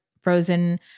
frozen